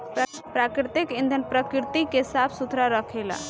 प्राकृतिक ईंधन प्रकृति के साफ सुथरा रखेला